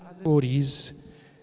stories